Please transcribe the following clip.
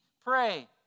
pray